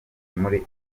muri